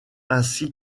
ainsi